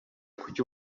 kuki